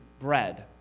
bread